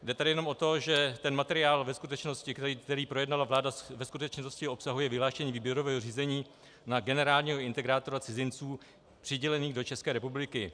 Jde tady jenom o to, že ten materiál ve skutečnosti, který projednala vláda, ve skutečnosti obsahuje vyhlášení výběrového řízení na generálního integrátora cizinců přidělených do České republiky.